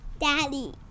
Daddy